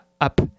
up